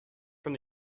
from